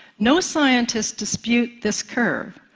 no scientists dispute this curve,